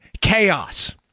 chaos